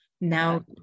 Now